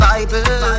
Bible